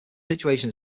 situation